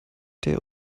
der